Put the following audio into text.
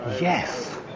Yes